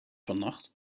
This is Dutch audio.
vannacht